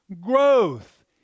growth